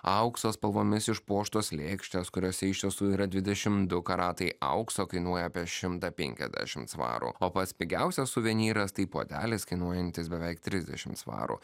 aukso spalvomis išpuoštos lėkštės kuriose iš tiesų yra dvidešim du karatai aukso kainuoja apie šimtą penkiasdešimt svarų o pats pigiausias suvenyras tai puodelis kainuojantis beveik trisdešimt svarų